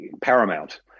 Paramount